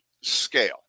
scale